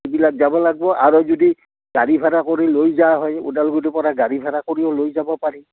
সিবিলাক যাব লাগব আৰু যদি গাড়ী ভাড়া কৰি লৈ যোৱা হয় ওদালগুৰিৰ পৰা গাড়ী ভাড়া কৰিও লৈ যাব পাৰি